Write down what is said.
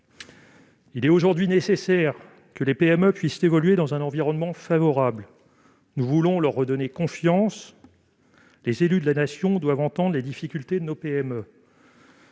un second confinement. Les PME doivent pouvoir évoluer dans un environnement favorable. Nous voulons leur redonner confiance. Les élus de la Nation doivent entendre les difficultés de nos PME.